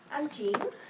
i'm jean.